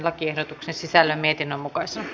lakiehdotuksen sisällön mietinnön mukaisena